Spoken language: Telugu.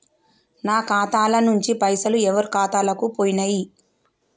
నా ఖాతా ల నుంచి పైసలు ఎవరు ఖాతాలకు పోయినయ్?